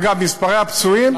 אגב, מספרי הפצועים